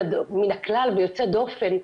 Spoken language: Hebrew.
בוקר טוב.